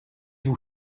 vous